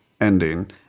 ending